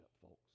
folks